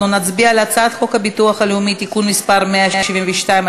נצביע על הצעת חוק הביטוח הלאומי (תיקון מס' 172),